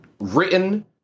written